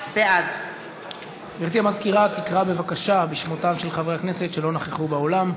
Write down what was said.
בעד גברתי המזכירה תקרא בבקשה בשמותיהם של חברי הכנסת שלא נכחו באולם.